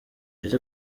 ese